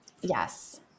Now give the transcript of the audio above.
Yes